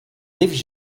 gives